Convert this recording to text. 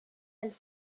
els